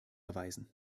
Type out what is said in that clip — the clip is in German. erweisen